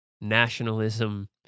nationalism